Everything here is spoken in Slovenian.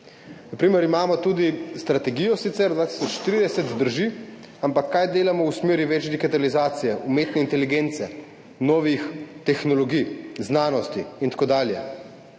imamo tudi strategijo, sicer, 2030, drži, ampak kaj delamo v smeri več digitalizacije, umetne inteligence, novih tehnologij, znanosti in tako dalje?